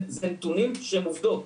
זה נתונים שהם עובדות.